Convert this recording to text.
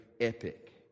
epic